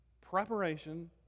preparation